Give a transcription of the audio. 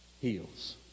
heals